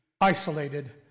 isolated